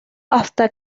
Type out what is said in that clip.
hasta